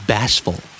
Bashful